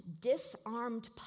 disarmed